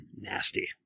Nasty